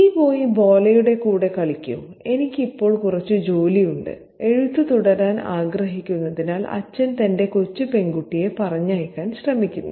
നീ പോയി ഭോലയുടെ കൂടെ കളിക്കൂ എനിക്ക് ഇപ്പോൾ കുറച്ച് ജോലിയുണ്ട് എഴുത്ത് തുടരാൻ ആഗ്രഹിക്കുന്നതിനാൽ അച്ഛൻ തന്റെ കൊച്ചു പെൺകുട്ടിയെ പറഞ്ഞയക്കാൻ ശ്രമിക്കുന്നു